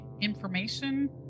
information